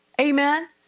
Amen